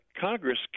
Congress